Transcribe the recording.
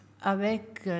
avec